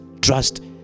trust